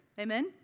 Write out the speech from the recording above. Amen